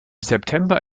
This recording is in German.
september